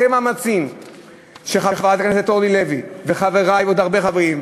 אחרי מאמצים של חברת הכנסת אורלי לוי ועוד הרבה חברים,